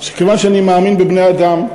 שכיוון שאני מאמין בבני-אדם,